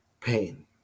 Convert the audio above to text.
pain